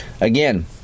Again